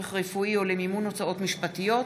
לצורך רפואי או למימון הוצאות משפטיות.